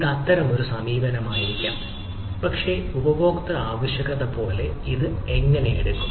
ഇത് അത്തരമൊരു സമീപനമായിരിക്കാം പക്ഷേ ഉപഭോക്തൃ ആവശ്യകത പോലെ ഇത് എങ്ങനെ എടുക്കും